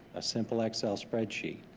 a simple excel spreadsheet.